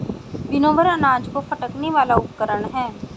winnower अनाज को फटकने वाला उपकरण है